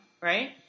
right